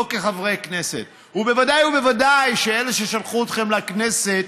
לא כחברי כנסת, ובוודאי אלה ששלחו אתכם לכנסת